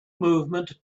movement